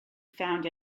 found